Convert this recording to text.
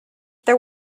there